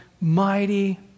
mighty